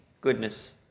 goodness